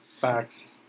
Facts